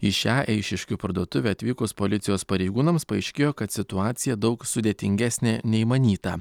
į šią eišiškių parduotuvę atvykus policijos pareigūnams paaiškėjo kad situacija daug sudėtingesnė nei manyta